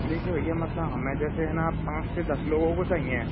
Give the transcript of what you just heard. देखिया भैया मतलब हमे जैसे है ना आप पाँच से दस लोगों को चाहिये